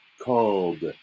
called